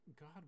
god